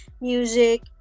music